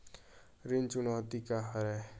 ऋण चुकौती का हरय?